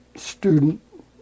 student